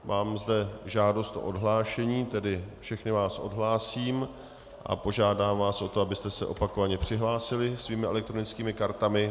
Mám zde žádost o odhlášení, tedy všechny vás odhlásím a požádám vás o to, abyste se opakovaně přihlásili svými elektronickými kartami.